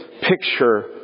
picture